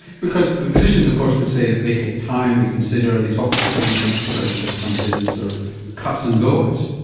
because physicians of course would say that they take time, they consider, they talk to the patient, the surgeon just comes in and sort of cuts and goes.